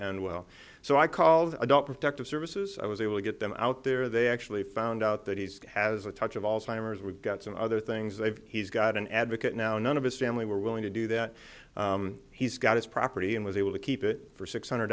end well so i called adult protective services i was able to get them out there they actually found out that he has a touch of alzheimer's we've got some other things they've he's got an advocate now none of his family were willing to do that he's got his property and was able to keep it for six hundred